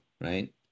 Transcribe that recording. right